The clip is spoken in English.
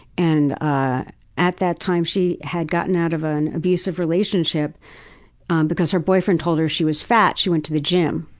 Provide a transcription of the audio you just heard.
and ah at that time, she had gotten out of an abusive relationship because her boyfriend told her she was fat, she went to the gym.